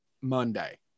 Monday